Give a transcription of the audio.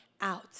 out